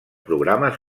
programes